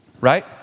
right